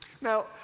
Now